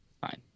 Fine